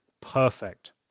perfect